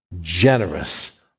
Generous